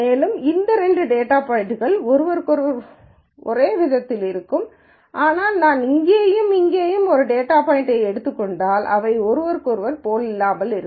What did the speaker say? மேலும் இந்த இரண்டு டேட்டா பாய்ன்ட்கள் ஒருவருக்கொருவர் ஒருவிதத்தில் இருக்கும் ஆனால் நான் இங்கேயும் இங்கேயும் ஒரு டேட்டா பாய்ன்ட்யை எடுத்துக் கொண்டால் அவை ஒருவருக்கொருவர் போலல்லாமல் இருக்கும்